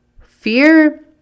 Fear